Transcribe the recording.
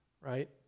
Right